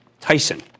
Tyson